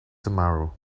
tomorrow